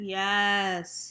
yes